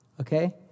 Okay